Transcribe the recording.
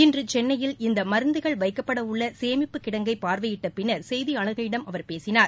இன்று சென்னையில் இந்த மருந்துகள் வைக்கப்படவுள்ள சேமிப்பு கிடங்கை பார்வையிட்ட பின்னர் செய்தியாளர்களிடம் அவர் பேசினார்